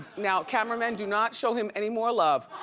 now cameramen, do not show him anymore love.